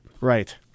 Right